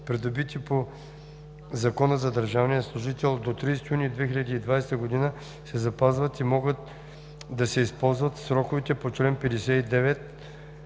придобити по Закона за държавния служител до 30 юни 2020 г., се запазват и могат да се използват в сроковете по чл. 59а